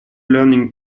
learning